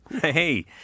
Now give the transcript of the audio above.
hey